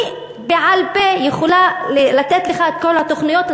אני בעל-פה יכולה לתת לך את כל התוכניות,